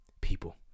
people